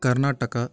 Karnataka